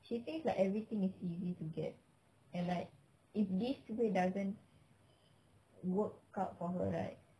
she thinks it's like everything is easy to get and like if this way doesn't work out for her right